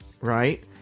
right